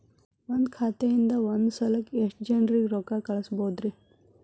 ಒಂದ್ ಖಾತೆಯಿಂದ, ಒಂದ್ ಸಲಕ್ಕ ಎಷ್ಟ ಜನರಿಗೆ ರೊಕ್ಕ ಕಳಸಬಹುದ್ರಿ?